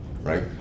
right